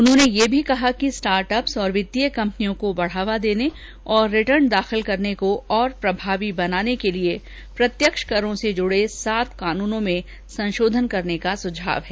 उन्होंने यह भी कहा कि स्टार्टअप्स और वित्तीय कंपनियों को बढ़ावा देर्न और रिटर्न दाखिल को और प्रभावी बनाने के लिए प्रत्यक्ष करों से जुड़े सात कानूनों में संशोधन करने का सुझाव है